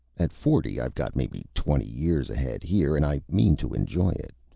at forty, i've got maybe twenty years ahead here, and i mean to enjoy it.